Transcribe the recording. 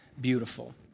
beautiful